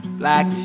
black